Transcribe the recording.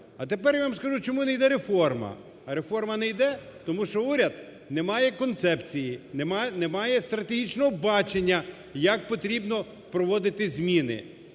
А тепер я вам скажу, чому не йде реформа. А реформа не йде, тому що уряд не має концепції, не має стратегічного бачення, як потрібно проводити зміни.